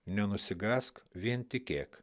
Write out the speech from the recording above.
nenusigąsk vien tikėk